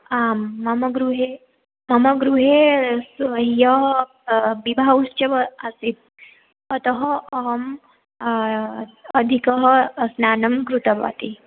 आं मम गृहे मम गृहे ह्यः विवाह उत्सवः आसीत् अतः अहं अधिकं स्नानं कृतवती